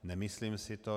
Nemyslím si to.